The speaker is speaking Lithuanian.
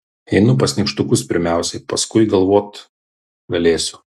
einu pas nykštukus pirmiausiai paskui galvot galėsiu